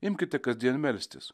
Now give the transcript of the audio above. imkite kasdien melstis